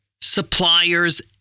suppliers